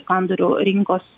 sandorių rinkos